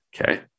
okay